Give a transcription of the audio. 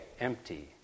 empty